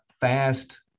fast